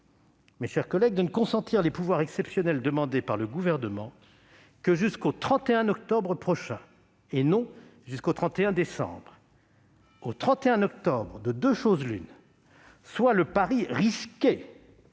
mes chers collègues, de ne consentir les pouvoirs exceptionnels demandés par le Gouvernement que jusqu'au 31 octobre prochain et non jusqu'au 31 décembre. Au 31 octobre, de deux choses l'une : soit le pari risqué